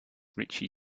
richie